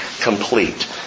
complete